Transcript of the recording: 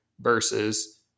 versus